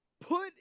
put